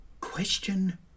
question